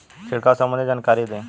छिड़काव संबंधित जानकारी दी?